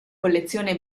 collezione